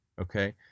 Okay